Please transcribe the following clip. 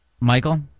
Michael